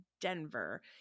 Denver